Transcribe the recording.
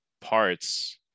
parts